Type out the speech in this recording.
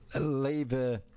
Leave